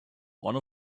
one